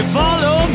follow